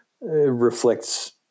reflects